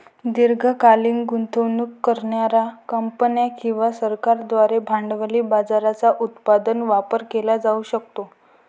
दीर्घकालीन गुंतवणूक करणार्या कंपन्या किंवा सरकारांद्वारे भांडवली बाजाराचा उत्पादक वापर केला जाऊ शकतो